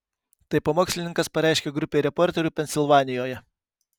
tai pamokslininkas pareiškė grupei reporterių pensilvanijoje